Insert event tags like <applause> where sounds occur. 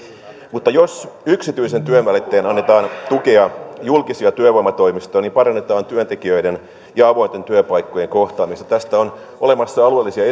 mutta jos yksityisen työnvälittäjän annetaan tukea julkisia työvoimatoimistoja niin parannetaan työntekijöiden ja avointen työpaikkojen kohtaamista tästä on olemassa alueellisia <unintelligible>